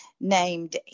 named